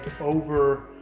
over